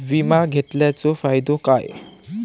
विमा घेतल्याचो फाईदो काय?